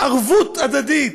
ערבות הדדית.